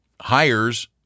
hires